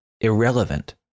Irrelevant